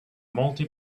multi